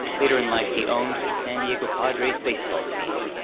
later in life he owned the san diego padres baseball team.